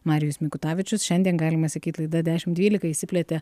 marijus mikutavičius šiandien galima sakyt laida dešimt dvylika išsiplėtė